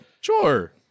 Sure